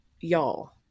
y'all